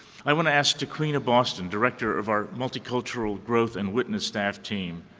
i want to ask taquiena boston, director of our multicultural growth and witness staff team,